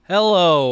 Hello